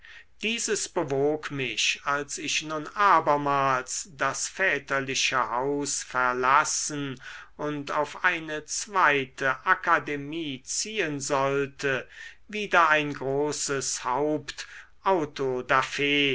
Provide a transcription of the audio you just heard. dieses bewog mich als ich nun abermals das väterliche haus verlassen und auf eine zweite akademie ziehen sollte wieder ein großes